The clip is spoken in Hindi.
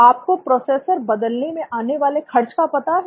आपको प्रोसेसर बदलने मैं आने वाले खर्च का पता है